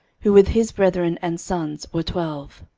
who with his brethren and sons were twelve